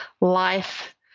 life